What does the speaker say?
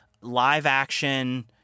live-action